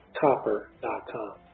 copper.com